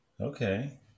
Okay